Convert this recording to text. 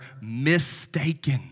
mistaken